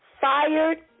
fired